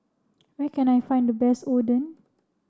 where can I find the best Oden